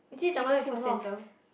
Ghim-moh food centre